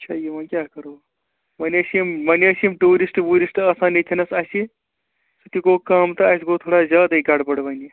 چھِ یہِ وٕنۍ کیٛاہ کَرَو وٕنۍ ٲسۍ یِم وٕنۍ ٲسۍ یِم ٹوٗرِشٹہٕ ووٗرِشٹہٕ آسان ییتھنَس اَسہِ سُتہِ گوٚو کَم تہٕ اَسہِ گوٚو تھوڑا زیادٕے گَڈ بَڈ وٕنۍ یہِ